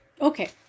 okay